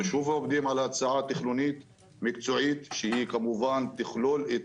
אנחנו שוב עובדים על הצעה תכנונית מקצועית שתכלול את